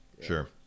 Sure